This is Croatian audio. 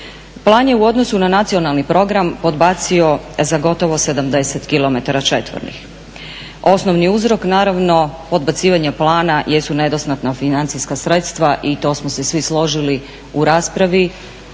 Plan je u odnosu na nacionalni program podbacio za gotovo 70 km četvornih. Osnovni uzrok naravno podbacivanja plana jesu nedostatna financijska sredstva i to smo se svi složili u raspravi.